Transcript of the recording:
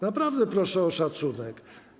Naprawdę proszę o szacunek.